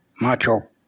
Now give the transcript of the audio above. macho